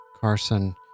Carson